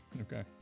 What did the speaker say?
okay